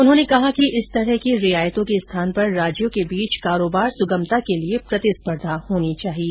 उन्होंने कहा कि इस तरह की रियायतों के स्थान पर राज्यों के बीच कारोबार सुगमता के लिए प्रतिस्पर्धा होनी चाहिए